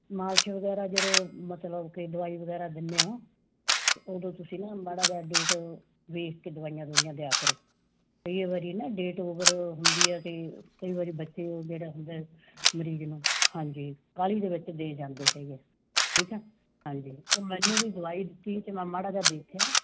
ਮਾਲਸ਼ ਵਗੈਰਾ ਜਦੋਂ ਮਤਲਬ ਕਿ ਦਵਾਈ ਵਗੈਰਾ ਦਿੰਦੇ ਹੋ ਤਾਂ ਉਦੋਂ ਤੁਸੀਂ ਨਾ ਮਾੜਾ ਜਿਹਾ ਡੇਟ ਵੇਖ ਕੇ ਦਵਾਈਆਂ ਦਵੂਈਆਂ ਦਿਆ ਕਰੋ ਕਈ ਵਾਰ ਨਾ ਡੇਟ ਓਵਰ ਹੁੰਦੀ ਆ ਅਤੇ ਕਈ ਵਾਰ ਬੱਚੇ ਉਹ ਜਿਹੜਾ ਹੁੰਦਾ ਮਰੀਜ਼ ਨੂੰ ਹਾਂਜੀ ਕਾਹਲੀ ਦੇ ਵਿੱਚ ਦੇ ਜਾਂਦੇ ਹੈਗੇ ਠੀਕ ਆ ਹਾਂਜੀ ਉਹ ਮੈਨੂੰ ਵੀ ਦਵਾਈ ਦਿੱਤੀ ਤਾਂ ਮੈਂ ਮਾੜਾ ਜਿਹਾ ਦੇਖਿਆ